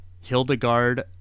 Hildegard